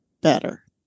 better